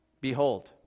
Behold